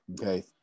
okay